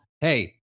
hey